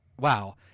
Wow